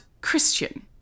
Christian